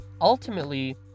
ultimately